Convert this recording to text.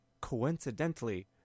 coincidentally